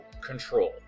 control